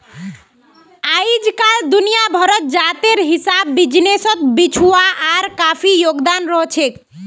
अइजकाल दुनिया भरत जातेर हिसाब बिजनेसत बेटिछुआर काफी योगदान रहछेक